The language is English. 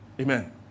Amen